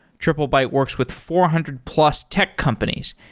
triplebyte works with four hundred plus tech companies,